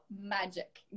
magic